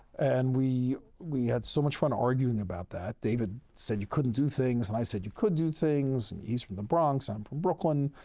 and we we had so much fun arguing about that. david said you couldn't do things, and i said you could do things. and he's from the bronx, i'm from brooklyn.